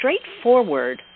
straightforward